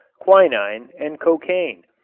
quinine and cocaine,